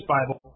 Bible